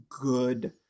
good